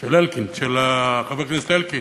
של חבר הכנסת אלקין,